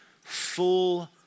full